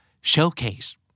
showcase